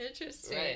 Interesting